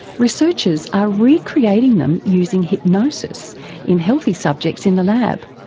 researchers are recreating them using hypnosis in healthy subjects in the lab.